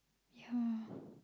ya